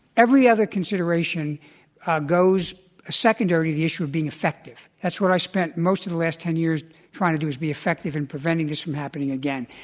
every other consideration goes secondary to the issue of being effective. that's what i spent most of the last ten years trying to do, is be effective in preventing this from happening again.